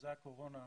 שזה הקורונה,